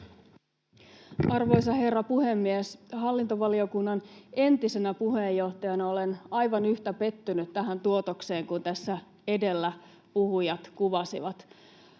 Arvoisa herra puhemies! Hallintovaliokunnan entisenä puheenjohtajana olen aivan yhtä pettynyt tähän tuotokseen kuin mitä tässä edellä puhujat kuvasivat.